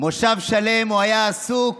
מושב שלם הוא היה עסוק